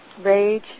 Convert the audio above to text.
rage